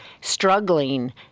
struggling